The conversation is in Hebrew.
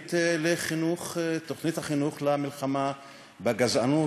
התוכנית לחינוך למלחמה בגזענות,